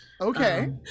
Okay